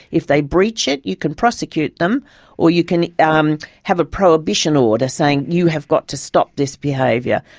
if they breach it, you can prosecute them or you can um have a prohibition order saying, you have got to stop this behaviour.